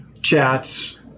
chats